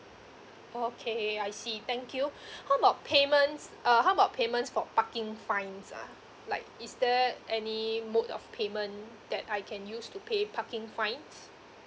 oh okay I see thank you how about payments uh how about payments for parking fines ah like is there any mode of payment that I can use to pay parking fines